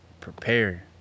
prepare